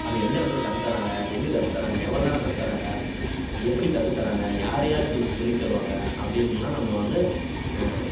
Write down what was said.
அது எந்த இடத்துல கற்றுத் தராங்க எங்கே கற்றுத் தராங்க எவ்வளோ நேரம் கற்றுத் தராங்க எப்படி கற்றுத் தராங்க யார் யாருக்கு சொல்லித் தருவாங்க அப்படின்னுலாம் நம்ம வந்து